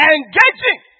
Engaging